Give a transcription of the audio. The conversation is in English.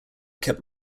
kept